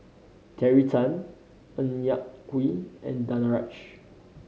Terry Tan Ng Yak Whee and Danaraj